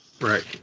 Right